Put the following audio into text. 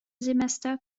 semester